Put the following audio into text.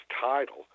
title